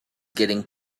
getting